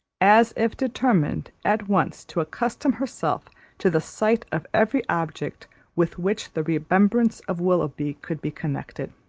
as if determined at once to accustom herself to the sight of every object with which the remembrance of willoughby could be connected